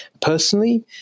Personally